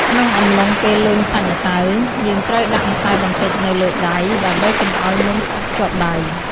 ក្នុងអំឡុងពេលលញ់សាច់ម្សៅ យើងត្រូវដាក់ម្សៅបន្តិចនៅលើដៃ ដើម្បីកុំឱ្យនំស្អិតជាប់ដៃ។